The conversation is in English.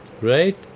Right